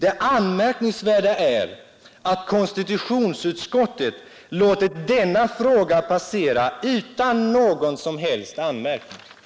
Det anmärkningsvärda är att konstitutionsutskottet låtit denna fråga passera utan någon som helst anmärkning.